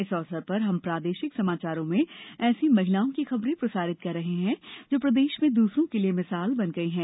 इस अवसर पर हम प्रादेशिक समाचारों में ऐसी महिलाओं की खबरें प्रसारित कर रहे हैं जो प्रदेश में दूसरों के लिए मिसाल बन गई हैं